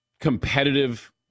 competitive